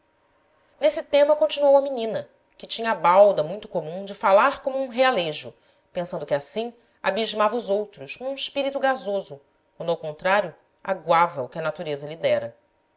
nesse tema continuou a menina que tinha a balda muito comum de falar como um realejo pensando que assim abismava os outros com um espírito gasoso quando ao contrário aguava o que a natureza